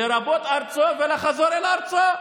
לרבות ארצו, ולחזור אל ארצו".